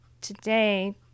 today